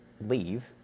leave